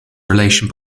relation